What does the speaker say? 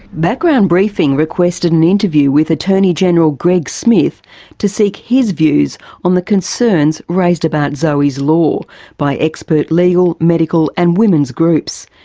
background briefing requested an interview with attorney general greg smith to seek his views on the concerns raised about zoe's law by expert legal, medical and women's groups.